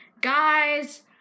guys